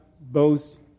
boast